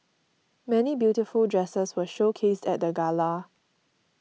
many beautiful dresses were showcased at the gala